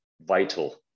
vital